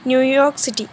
New York city